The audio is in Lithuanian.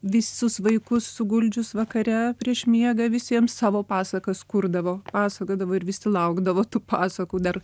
visus vaikus suguldžius vakare prieš miegą visiems savo pasakas kurdavo pasakodavo ir visi laukdavo tų pasakų dar